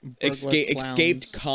escaped